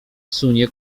sunie